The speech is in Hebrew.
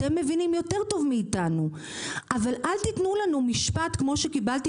אתם מבינים יותר טוב מאיתנו אבל אל תיתנו לנו משפט כמו שקיבלתי